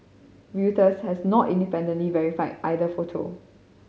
reuters has not independently verified either photo